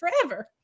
forever